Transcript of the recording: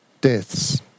deaths